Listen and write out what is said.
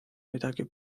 midagi